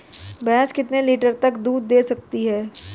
भैंस कितने लीटर तक दूध दे सकती है?